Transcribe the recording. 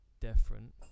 different